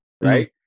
Right